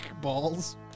balls